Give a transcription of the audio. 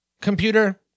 Computer